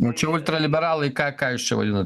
o čia ultra liberalai ką ką jūs čia vadinat